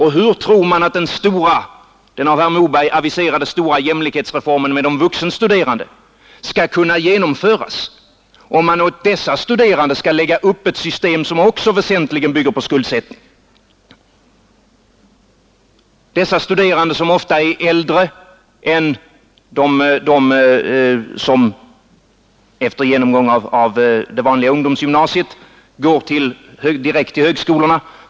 Hur tror man att den av herr Moberg aviserade stora jämlikhetsreformen för de vuxenstuderande skall kunna genomföras, om man för dessa studerande skall lägga upp ett system som också väsentligen bygger på skuldsättning? Dessa studerande är äldre än de som efter genomgång av det vanliga ungdomsgymnasiet går direkt till högskolorna.